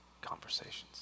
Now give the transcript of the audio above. conversations